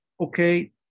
Okay